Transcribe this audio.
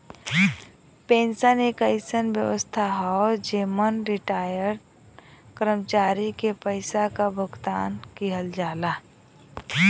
pension एक अइसन व्यवस्था हौ जेमन रिटार्यड कर्मचारी के पइसा क भुगतान किहल जाला